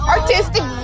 Artistic